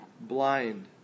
blind